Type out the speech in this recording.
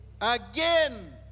again